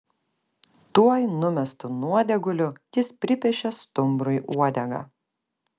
tuoj numestu nuodėguliu jis pripiešė stumbrui uodegą